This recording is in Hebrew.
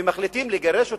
ומחליטים לגרש אותם,